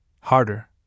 harder